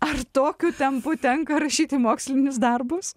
ar tokiu tempu tenka rašyti mokslinius darbus